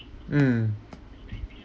mm